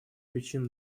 причин